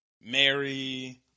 Mary